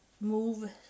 move